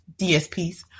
DSPs